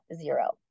zero